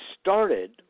started